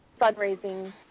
Fundraising